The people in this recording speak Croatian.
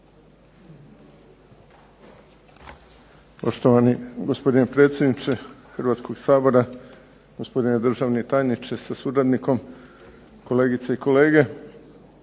Poštovani gospodine predsjedniče Hrvatskog sabora, gospodine državni tajniče sa suradnikom, kolegice i kolege.